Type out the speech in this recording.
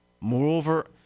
Moreover